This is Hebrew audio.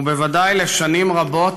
ובוודאי לשנים רבות